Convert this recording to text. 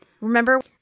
Remember